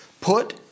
Put